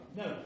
no